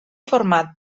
format